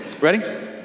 Ready